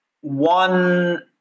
one